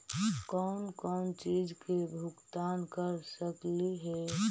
कौन कौन चिज के भुगतान कर सकली हे?